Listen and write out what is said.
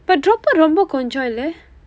but dropped ரொம்ப கொஞ்சம் இல்ல:rompa konjsam illa